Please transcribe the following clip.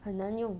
很难用